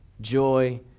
Joy